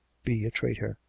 be a traitor.